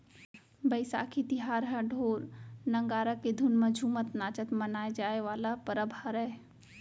बइसाखी तिहार ह ढोर, नंगारा के धुन म झुमत नाचत मनाए जाए वाला परब हरय